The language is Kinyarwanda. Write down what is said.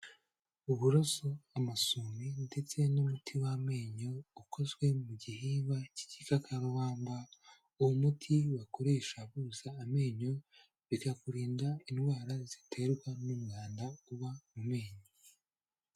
Uburoso bw'umusumi ndetse n'umuti w'amenyo ukozwe mu gihingwa cy'igikakarubamba. Uwo muti bakoresha boza amenyo, bikakurinda indwara ziterwa n'umwanda uba mu menyo.